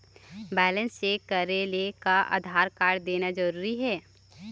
Balance check करेले का Aadhaar card देना जरूरी हे?